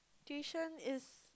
tuition is